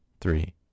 three